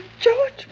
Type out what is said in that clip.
George